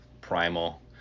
primal